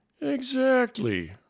Exactly